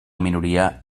minoria